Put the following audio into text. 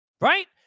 Right